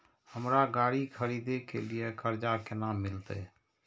हमरा गाड़ी खरदे के लिए कर्जा केना मिलते?